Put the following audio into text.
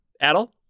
Adel